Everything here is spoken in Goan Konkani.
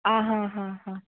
आं हां हां हां